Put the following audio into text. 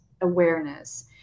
awareness